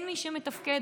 הם התחלפו.